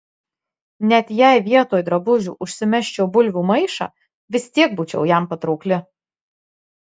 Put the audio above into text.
net jei vietoj drabužių užsimesčiau bulvių maišą vis tiek būčiau jam patraukli